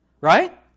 right